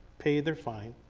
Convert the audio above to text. pay their fine,